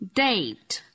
date